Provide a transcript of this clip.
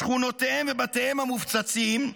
שכונותיהם ובתיהם המופצצים,